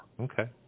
Okay